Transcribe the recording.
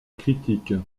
critique